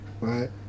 right